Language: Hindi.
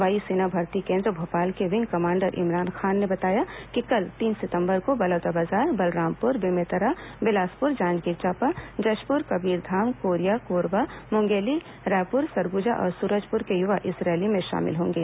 वायु सेना भर्ती केन्द्र भोपाल के विंग कमांडर इमरान खान ने बताया कि कल तीन सितंबर को बलौदाबाजार बलरामपुर बेमेतरा बिलासपुर जांजगीर चांपा जशपुर कबीरधाम कोरिया कोरबा मुंगेली रायपुर सरगुजा और सूरजपुर के युवा इस रैली में शामिल होंगे